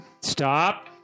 Stop